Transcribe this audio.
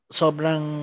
sobrang